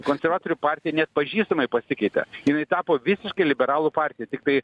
konservatorių partija neatpažįstamai pasikeitė jinai tapo visiškai liberalų partija tiktai